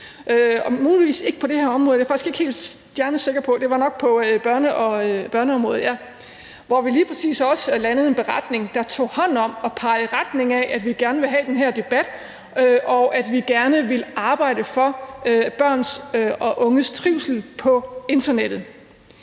muligvis ikke på det her område, det er jeg faktisk ikke helt stensikker på, det var nok på børneområdet. Men der landede vi lige præcis også en beretning, der tog hånd om det ved at pege i retning af, at vi gerne ville have den her debat, og at vi gerne ville arbejde for børn og unges trivsel på internettet.